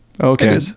okay